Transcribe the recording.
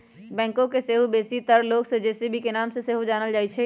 backhoe के बेशीतर लोग जे.सी.बी के नाम से सेहो जानइ छिन्ह